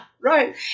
Right